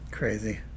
crazy